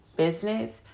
business